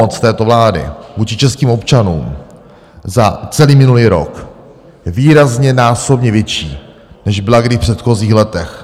Pomoc této vlády vůči českým občanům za celý minulý rok je výrazně násobně větší, než byla kdy v předchozích letech.